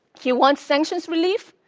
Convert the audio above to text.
he wants sanctions relief.